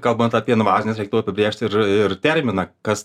kalbant apie invazines reiktų apibrėžt ir ir terminą kas